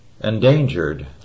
endangered